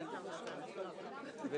על-ידי היועצת המשפטית של המשרד כמי שיכול